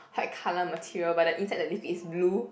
white colour material but the inside the liquid is blue